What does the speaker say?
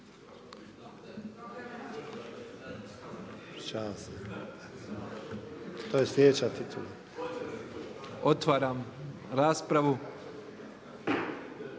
otvorio raspravu